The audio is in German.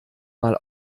mal